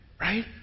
Right